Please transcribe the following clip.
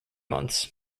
months